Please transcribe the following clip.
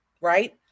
right